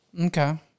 Okay